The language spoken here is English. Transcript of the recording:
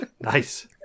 Nice